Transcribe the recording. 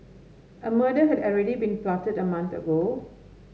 a murder had already been plotted a month ago